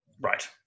Right